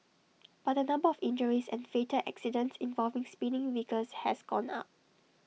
but the number of injuries and fatal accidents involving speeding vehicles has gone up